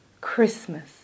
Christmas